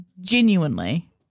genuinely